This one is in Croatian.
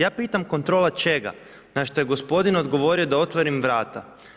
Ja pitam kontrola čega, na što je gospodin odgovorio da otvorim vrata.